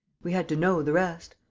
we had to know the rest.